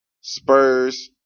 Spurs